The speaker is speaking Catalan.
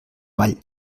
vall